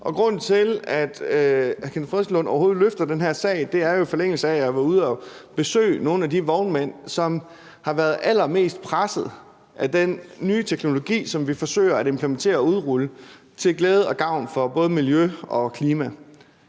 Grunden til, at Kenneth Fredslund Petersen overhovedet løfter den her sag, er jo, i forlængelse af at jeg var ude at besøge nogle af de vognmænd, som har været allermest presset af den nye teknologi, som vi forsøger at implementere og udrulle til glæde og gavn for både miljø og klima.